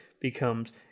becomes